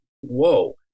whoa